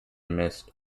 missed